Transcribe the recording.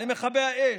למכבי האש,